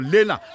Lena